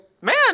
man